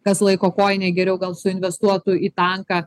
kas laiko kojinę geriau gal suinvestuotų į tanką